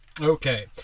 Okay